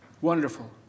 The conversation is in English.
Wonderful